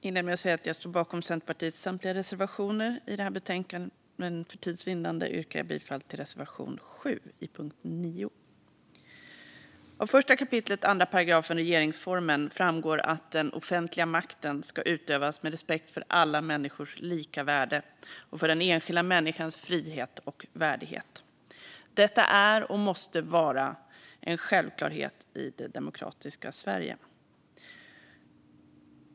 Fru talman! Jag står bakom Centerpartiets samtliga reservationer i detta betänkande, men för tids vinnande yrkar jag bifall bara till reservation 7 under punkt 9. Av 1 kap. 2 § regeringsformen framgår att den offentliga makten ska utövas med respekt för alla människors lika värde och för den enskilda människans frihet och värdighet. Detta är och måste vara en självklarhet i det demokratiska Sverige.